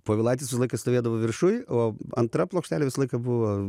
povilaitis visą laiką stovėdavo viršuj o antra plokštelė visą laiką buvo